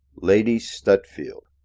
lady stutfield.